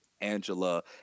Angela